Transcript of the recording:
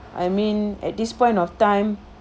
I mean at this point of time